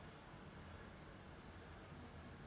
I have to say probably nasi goreng